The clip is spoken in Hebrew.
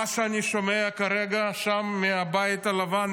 ממה שאני שומע כרגע מהבית הלבן,